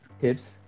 tips